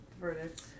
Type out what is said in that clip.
verdict